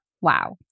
wow